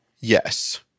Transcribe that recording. Yes